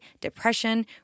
depression